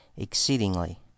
exceedingly